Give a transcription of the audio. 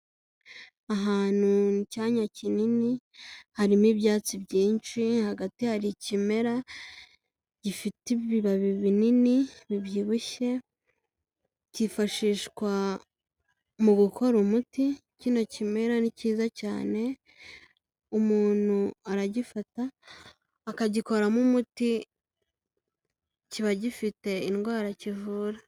Ahantu mu cyanya kinini harimo ibyatsi byinshi, hagati hari ikimera gifite ibibabi binini bibyibushye, cyifashishwa mu gukora umuti, kino kimera ni cyiza cyane, umuntu aragifata akagikoramo umuti, kiba gifite indwara kivura.